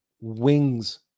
wings